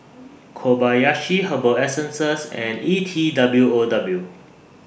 Kobayashi Herbal Essences and E T W O W